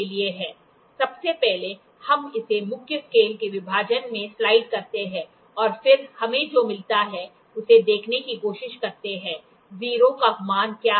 सबसे पहले हम इसे मुख्य स्केल के विभाजन में स्लाइड करते हैं और फिर हमें जो मिलता है उसे देखने की कोशिश करते हैं 0 का मान क्या है